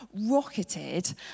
rocketed